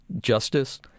justice